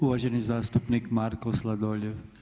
Uvaženi zastupnik Marko Sladoljev.